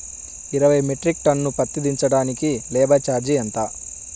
ఇరవై metric ton పత్తి దించటానికి లేబర్ ఛార్జీ ఎంత?